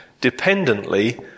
Dependently